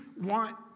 want